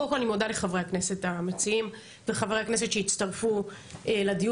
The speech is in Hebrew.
קודם כל אני מודה לחברי הכנסת המציעים וחברי הכנסת שהצטרפו לדיון,